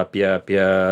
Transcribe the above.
apie apie